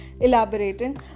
Elaborating